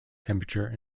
temperature